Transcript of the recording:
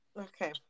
Okay